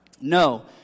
No